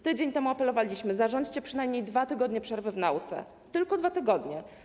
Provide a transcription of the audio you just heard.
Tydzień temu apelowaliśmy: zarządźcie przynajmniej 2 tygodnie przerwy w nauce, tylko 2 tygodnie.